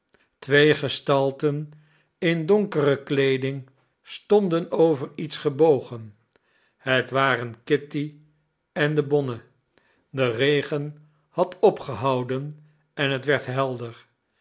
twee gestalten in donkere kleeding stonden over iets gebogen het waren kitty en de bonne de regen had opgehouden en het werd helder